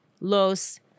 Los